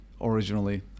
originally